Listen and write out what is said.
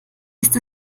ist